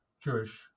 Jewish